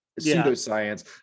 pseudoscience